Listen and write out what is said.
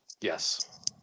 Yes